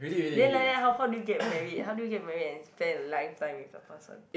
then like that how how do you get married how do you get married and spend a lifetime with a person